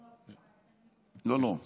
לא, לא.